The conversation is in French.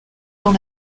dans